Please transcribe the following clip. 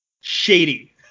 Shady